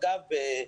אגב,